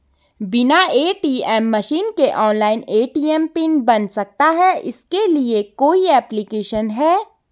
बिना ATM machine के online ATM PIN बन सकता है इसके लिए कोई ऐप्लिकेशन है?